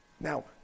Now